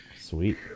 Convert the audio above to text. Sweet